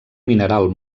mineral